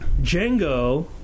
Django